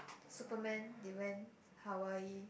superman they went Hawaii